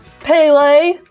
Pele